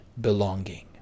belonging